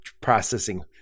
processing